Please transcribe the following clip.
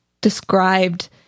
described